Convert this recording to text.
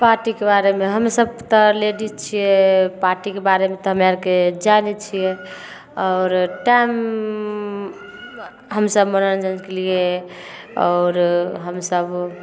पार्टीके बारेमे हमसभ तऽ लेडीज छिए पार्टीके बारेमे तऽ हमरा आओरके जानै छिए आओर टाइम हमसभ मनोरञ्जनके लिए आओर हमसभ